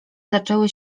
zaczęły